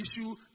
issue